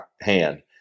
hand